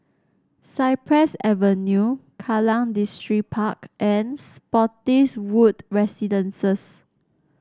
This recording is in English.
Cypress Avenue Kallang Distripark and Spottiswoode Residences